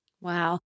Wow